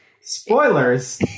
Spoilers